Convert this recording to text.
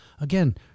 again